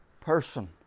person